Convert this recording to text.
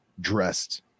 dressed